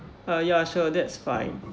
uh ya sure that's fine